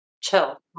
chill